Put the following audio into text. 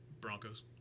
Broncos